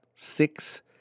Six